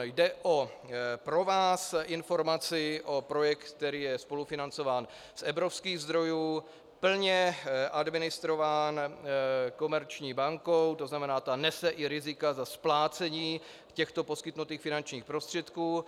Jde informace pro vás o projekt, který je spolufinancován z evropských zdrojů, plně administrován Komerční bankou, to znamená, ta nese i rizika za splácení těchto poskytnutých finančních prostředků.